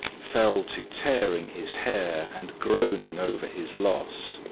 fell to tearing his hair and groaning over his loss.